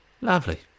Lovely